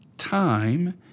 Time